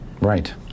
Right